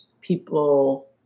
people